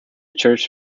church